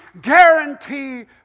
guarantee